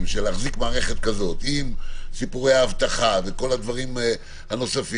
שלהחזיק מערכת כזאת עם סיפורי האבטחה וכל הדברים הנוספים,